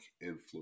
influence